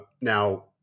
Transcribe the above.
now